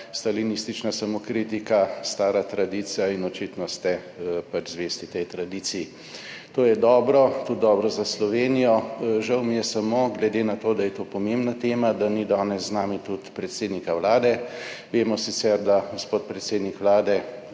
stalinistična samokritika stara tradicija in očitno ste pač zvesti tej tradiciji. To je dobro, tudi dobro za Slovenijo. Žal mi je samo, glede na to, da je to pomembna tema, da ni danes z nami tudi predsednika Vlade. Vemo sicer, da gospod predsednik Vlade